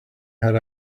had